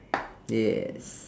yes